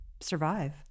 survive